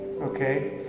okay